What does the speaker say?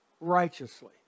righteously